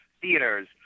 theaters